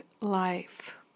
life